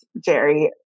Jerry